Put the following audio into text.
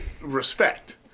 respect